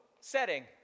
setting